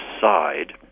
side